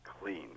clean